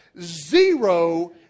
zero